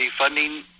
defunding